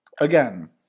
again